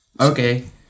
Okay